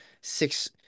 six